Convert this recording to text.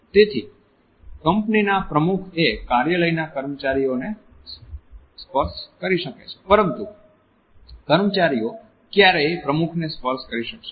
તેથી કંપની ના પ્રમુખ એ કાર્યાલયના કર્મચારીઓને સ્પર્શ કરી શકે છે પરંતુ કર્મચારીઓ ક્યારેય પ્રમુખને સ્પર્શ કરી શકશે નહીં